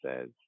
says